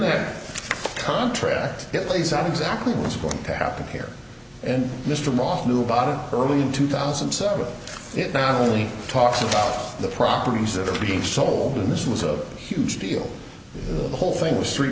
that contract it lays out exactly what's going to happen here and mr moss knew about it early in two thousand and seven it down only talks about the properties that are being sold and this was a huge deal the whole thing was three